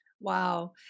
Wow